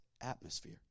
atmosphere